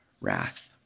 wrath